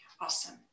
Awesome